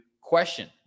question